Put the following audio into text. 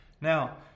Now